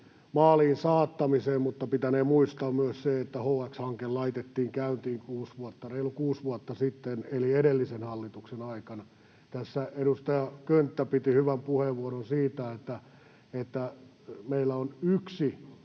maaliin saattamisesta, mutta pitänee muistaa myös se, että HX-hanke laitettiin käyntiin reilu kuusi vuotta sitten eli edellisen hallituksen aikana. Tässä edustaja Könttä piti hyvän puheenvuoron siitä, että meillä on yksi